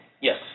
Yes